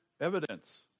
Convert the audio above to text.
Evidence